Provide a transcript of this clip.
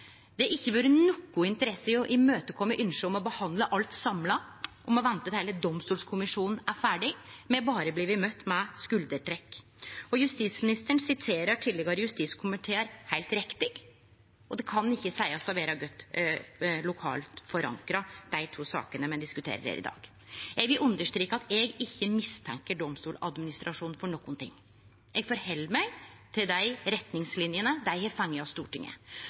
Det har ikkje vore noka interesse for å oppfylle ynsket om å behandle alt samla, om å vente til heile Domstolkommisjonen er ferdig. Me har berre blitt møtt med skuldertrekk. Justisministeren siterer tidlegare justiskomitear heilt riktig, og dei to sakene me diskuterer her i dag, kan ikkje seiast å vere lokalt forankra. Eg vil understreke at eg ikkje mistenkjer Domstoladministrasjonen for nokon ting. Eg forheld meg til dei retningslinjene dei har fått av Stortinget,